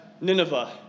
Nineveh